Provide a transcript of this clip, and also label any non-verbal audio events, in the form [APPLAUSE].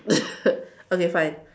[LAUGHS] okay fine